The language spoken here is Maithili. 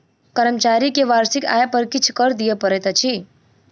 कर्मचारी के वार्षिक आय पर किछ कर दिअ पड़ैत अछि